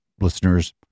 listeners